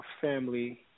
family